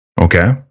okay